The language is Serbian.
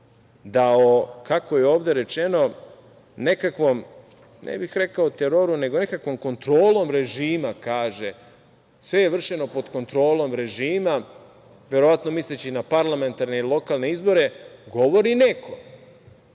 da, kako je ovde rečeno nekakvom, ne bih rekao teroru, nego nekakvom kontrolom režima kaže - sve je vršeno pod kontrolom režima, verovatno misleći na parlamentarne i lokalne izbore govori neko